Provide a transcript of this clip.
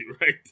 right